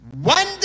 One